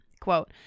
Quote